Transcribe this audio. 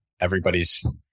everybody's